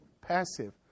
passive